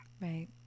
right